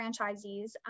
franchisees